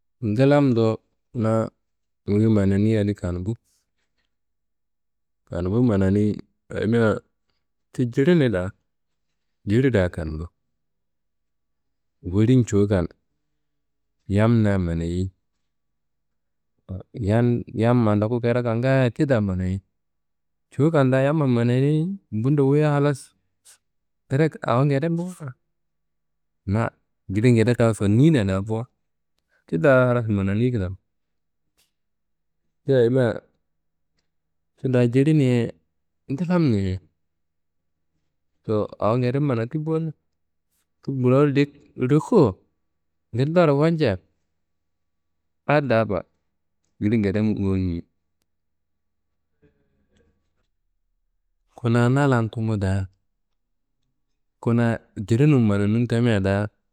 Ndlamndo na wu manani adi Kanumbu. Kanumbun mananiyi ayimia ti jilini da, jili da Kanumbu. Wolin cuwukan yamnia manayei, yan yamma n ndoku kraka ngaaye ti da manayei. Cuwuka da yamma manayei. Bundo wuyi halas direk awo ngede bo. Na jili ngede fannina da bo tida halas manani kidako ti ayimia tida jilini ye ndlamni ye towo awo ngede manati bo na. Ti burowu lik- likuwo ngillaro walja adi daba jili ngede gowon yiyi. Kuna na lan tumu da kuna jilinum mananun tamia da.